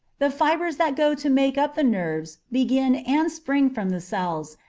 the fibres that go to make up the nerves begin and spring from the cells,